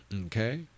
Okay